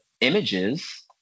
images